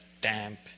damp